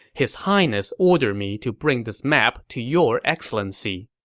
his highness ordered me to bring this map to your excellency.